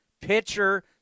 Pitcher